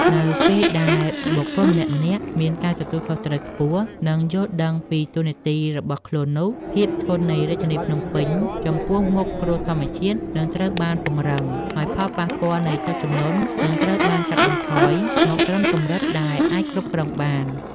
នៅពេលដែលបុគ្គលម្នាក់ៗមានការទទួលខុសត្រូវខ្ពស់ និងយល់ដឹងពីតួនាទីរបស់ខ្លួននោះ ភាពធន់នៃរាជធានីភ្នំពេញចំពោះមុខគ្រោះធម្មជាតិនឹងត្រូវបានពង្រឹង ហើយផលប៉ះពាល់នៃទឹកជំនន់នឹងត្រូវបានកាត់បន្ថយមកត្រឹមកម្រិតដែលអាចគ្រប់គ្រងបាន។